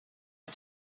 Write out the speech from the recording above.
are